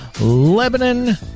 lebanon